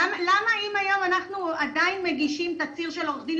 למה אם היום אנחנו עדיין מגישים תצהיר של עורך-דין,